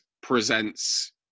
presents